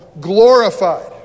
glorified